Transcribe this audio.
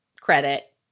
credit